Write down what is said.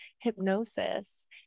hypnosis